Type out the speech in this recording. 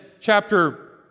chapter